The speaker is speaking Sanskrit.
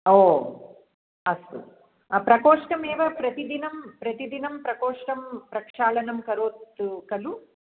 ओ अस्तु प्रकोष्टमेव प्रतिदिनं प्रतिदिनं प्रकोष्ठं प्रक्षालनं करोति खलु